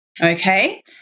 okay